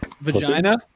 Vagina